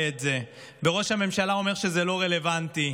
את זה וראש הממשלה אומר שזה לא רלוונטי,